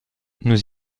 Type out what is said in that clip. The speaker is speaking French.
nous